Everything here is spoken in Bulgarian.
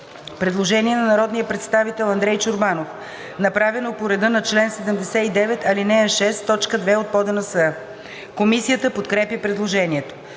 предложение на народния представител Андрей Чорбанов, направено по реда на чл. 79, ал. 6, т. 2 от ПОДНС. Комисията подкрепя предложението.